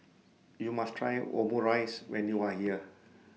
YOU must Try Omurice when YOU Are here